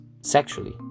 sexually